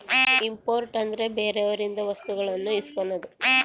import ಅಂದ್ರೆ ಬೇರೆಯವರಿಂದ ವಸ್ತುಗಳನ್ನು ಇಸ್ಕನದು